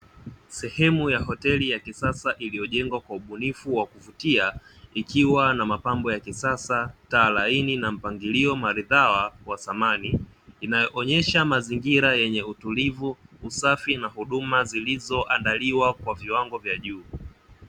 Sehemu ya hoteli ya kisasa iliyojengwa kwa ubunifu wa kuvutia ikiwa na mapambo ya kisasa, taa laini na mpangilio maridhawa wa samani, inayoonyesha mazingira yenye utulivu usafi na huduma zilizo andaliwa kwa viwango vya juu.